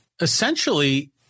essentially